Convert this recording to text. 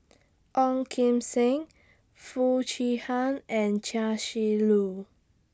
Ong Kim Seng Foo Chee Han and Chia Shi Lu